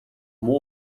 муу